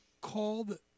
called